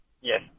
Yes